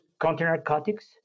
counter-narcotics